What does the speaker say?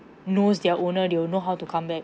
knows their owner they'll know how to come back